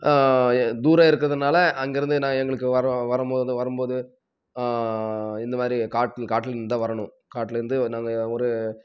தூரம் இருக்கிறதுனால அங்கிருந்து நான் எங்களுக்கு வர வரும்போது வரும்போது இந்த மாதிரி காட்டில் காட்டில் இருந்து தான் வரணும் காட்டிலிருந்து நாங்கள் ஒரு